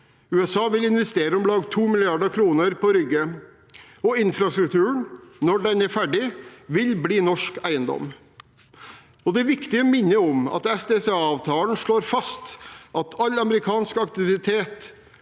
USA vil investere om lag 2 mrd. kr på Rygge, og infrastrukturen vil, når den er ferdig, bli norsk eiendom. Det er viktig å minne om at SDCA-avtalen slår fast at all amerikansk aktivitet